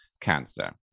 cancer